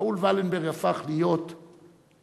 ראול ולנברג הפך להיות לסמל